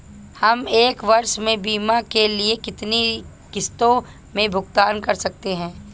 हम एक वर्ष में बीमा के लिए कितनी किश्तों में भुगतान कर सकते हैं?